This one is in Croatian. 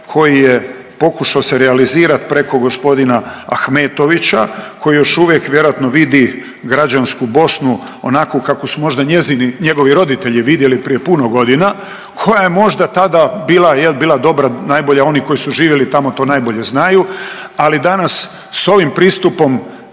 koji je pokušao se realizirati preko gospodina Ahmetovića koji još uvijek vjerojatno vidi građansku Bosnu onakvu kakvu su možda njegovi roditelji vidjeli prije puno godina, koja je možda tada bila dobra. Najbolje oni koji su živjeli tamo to najbolje znaju. Ali danas s ovim pristupom